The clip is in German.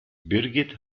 birgit